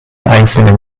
einzelnen